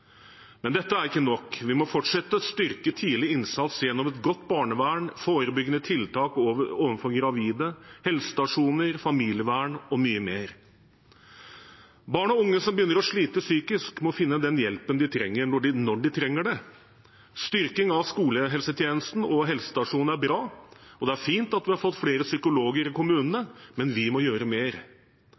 Dette er ikke nok. Vi må fortsette å styrke tidlig innsats gjennom et godt barnevern, forebyggende tiltak overfor gravide, helsestasjoner, familievern og mye mer. Barn og unge som begynner å slite psykisk, må finne den hjelpen de trenger når de trenger den. Styrking av skolehelsetjenesten og helsestasjonen er bra, og det er fint at vi har fått flere psykologer i kommunene, men vi må gjøre mer.